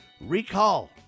Recall